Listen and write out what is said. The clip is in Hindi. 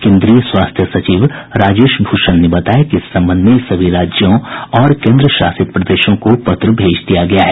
केन्द्रीय स्वास्थ्य सचिव राजेश भूषण ने बताया कि इस संबंध में सभी राज्यों और केन्द्रशासित प्रदेशों को पत्र भेज दिया गया है